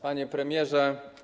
Panie Premierze!